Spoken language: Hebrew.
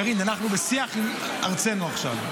קארין, אנחנו בשיח עם הרצנו עכשיו.